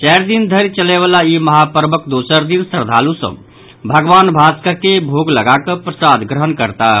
चारि दिन धरि चलयवला इ महापर्वक दोसर दिन श्रद्दालु सभ भगवान भास्कर कें भोग लगाकऽ प्रसाद ग्रहण करताह